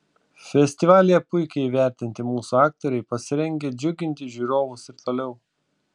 festivalyje puikiai įvertinti mūsų aktoriai pasirengę džiuginti žiūrovus ir toliau